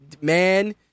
Man